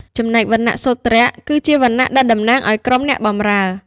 ចំណែកវណ្ណៈសូទ្រ គឺជា វណ្ណៈដែលតំណាងឲ្យក្រុមអ្នកបម្រើ។